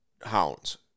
hounds